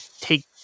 take